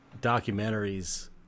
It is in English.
documentaries